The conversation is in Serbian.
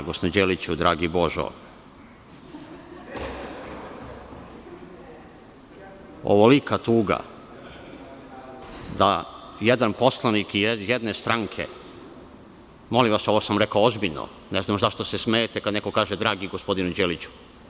Gospodine Đeliću, dragi Božo, ovolika tuga da jedan poslanik jedne stranke, molim vas, ovo sam rekao ozbiljno, ne znam zašto se smejete kad neko kaže dragi gospodine Đeliću.